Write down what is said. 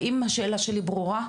האם השאלה שלי ברורה?